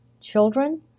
children